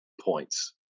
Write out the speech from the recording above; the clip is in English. points